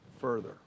further